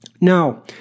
Now